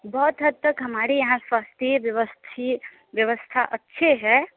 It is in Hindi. बहुत हद तक हमारे यहाँ स्वास्थ्य व्यवस्था व्यवस्था अच्छी है